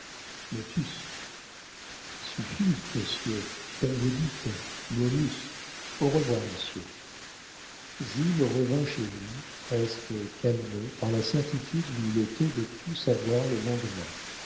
motus suffit monsieur comme vous dites momus au revoir monsieur jules revint chez lui presque calmé par la certitude où il était de tout savoir le lendemain